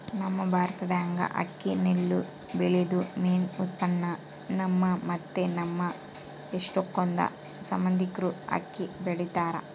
ನಮ್ ಭಾರತ್ದಾಗ ಅಕ್ಕಿ ನೆಲ್ಲು ಬೆಳ್ಯೇದು ಮೇನ್ ಉತ್ಪನ್ನ, ನಮ್ಮ ಮತ್ತೆ ನಮ್ ಎಷ್ಟಕೊಂದ್ ಸಂಬಂದಿಕ್ರು ಅಕ್ಕಿ ಬೆಳಿತಾರ